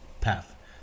path